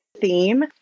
theme